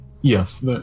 Yes